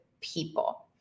people